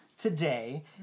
today